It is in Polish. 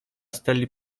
stelli